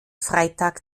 freitag